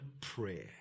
prayer